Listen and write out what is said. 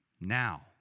Now